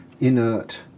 inert